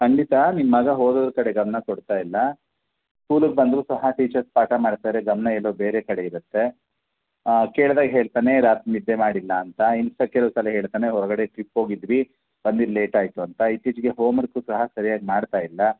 ಖಂಡಿತ ನಿಮ್ಮ ಮಗ ಓದೋದ್ರ ಕಡೆ ಗಮನ ಕೊಡ್ತಾ ಇಲ್ಲ ಸ್ಕೂಲ್ಗೆ ಬಂದರೂ ಸಹ ಟೀಚರ್ಸ್ ಪಾಠ ಮಾಡ್ತಾರೆ ಗಮನ ಎಲ್ಲೋ ಬೇರೆ ಕಡೆ ಇರತ್ತೆ ಕೇಳ್ದಾಗ ಹೇಳ್ತಾನೆ ರಾತ್ರಿ ನಿದ್ದೆ ಮಾಡಿಲ್ಲ ಅಂತ ಇನ್ನು ಸಲ ಕೆಲವ್ಸಲ ಹೇಳ್ತಾನೆ ಹೊರಗಡೆ ಟ್ರಿಪ್ ಹೋಗಿದ್ವಿ ಬಂದಿದ್ದು ಲೇಟ್ ಆಯಿತು ಅಂತ ಇತ್ತೀಚಿಗೆ ಹೋಮರ್ಕೂ ಸಹ ಸರಿಯಾಗಿ ಮಾಡ್ತಾ ಇಲ್ಲ